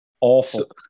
Awful